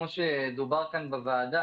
כמעט כולנו,